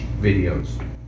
videos